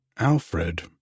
Alfred